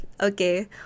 Okay